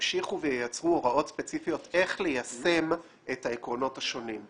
ימשיכו וייצרו הוראות ספציפיות איך ליישם את העקרונות השונים.